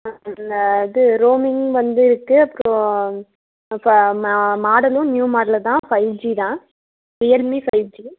இந்த இது ரோமிங் வந்து இருக்குது அப்புறம் க மா மாடலும் நியூ மாடல் தான் ஃபைவ் ஜீ தான் ரியல்மீ ஃபைவ் ஜீ